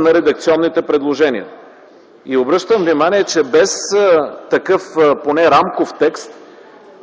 на редакционните предложения. Обръщам внимание, че без такъв поне рамков текст